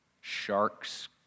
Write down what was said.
sharks